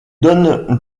donne